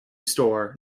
store